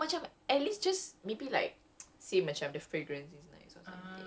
macam tak ada ke tak ada ke model lain eh kata shampoo eh